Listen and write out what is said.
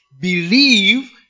believe